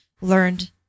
learned